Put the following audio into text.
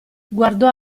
guardò